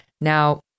Now